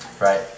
right